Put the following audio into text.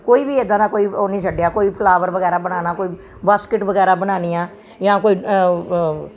ਕੋਈ ਵੀ ਇੱਦਾਂ ਦਾ ਕੋਈ ਉਹ ਨਹੀਂ ਛੱਡਿਆ ਕੋਈ ਫਲਾਵਰ ਵਗੈਰਾ ਬਣਾਉਣਾ ਕੋਈ ਬਾਸਕਿਟ ਵਗੈਰਾ ਬਣਾਉਣੀ ਆ ਜਾਂ ਕੋਈ